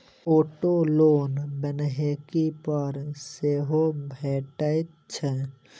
auto loan बन्हकी पर सेहो भेटैत छै